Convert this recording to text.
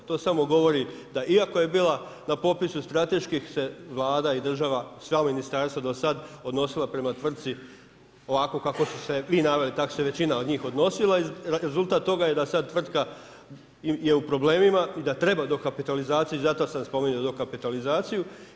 To samo govori, da iako je bila na popisu strateških se vlada i država, sva ova ministarstva, do sad, odnosila prema tvrtki ovako kao su se naveli kako su se većina od njih odnosila i rezultat toga je da sad tvrtka je u problemima i da treba dokapitalizaciji i zato sam spominjao dokapitalizaciju.